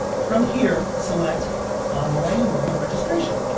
from here select online enrollment registration.